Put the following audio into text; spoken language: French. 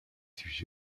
sujets